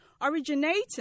originating